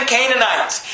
Canaanites